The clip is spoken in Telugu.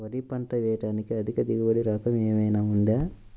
వరి పంట వేయటానికి అధిక దిగుబడి రకం ఏమయినా ఉందా?